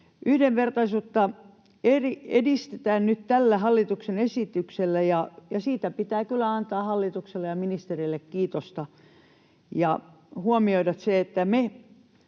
Yhdenvertaisuutta edistetään nyt tällä hallituksen esityksellä, ja siitä pitää kyllä antaa hallitukselle ja ministereille kiitosta. Meidän, jotka